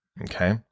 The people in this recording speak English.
okay